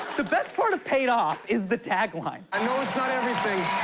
the best part of paid off is the tagline. i know it's not everything,